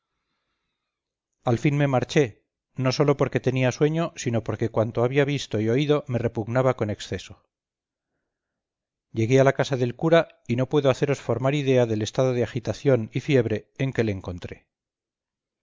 al fin me marché no sólo porque tenía sueño sino porque cuanto había visto y oído me repugnaba con exceso llegué a la casa del cura y no puedo haceros formar idea del estado de agitación y fiebre en que le encontré